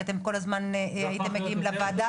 כי אתם כל הזמן הייתם מגיעים לוועדה